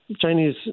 Chinese